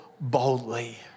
Boldly